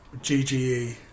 GGE